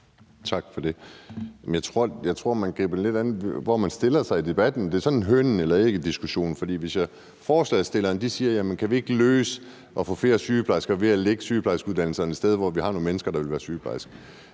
Tak for det. Jeg tror, det kommer lidt an på, hvor man stiller sig i debatten. Det er sådan en hønen eller ægget-diskussion. Forslagsstillerne spørger, om vi ikke kan få flere sygeplejersker ved at lægge sygeplejerskeuddannelserne nogle steder, hvor vi har nogle mennesker, der vil være sygeplejersker.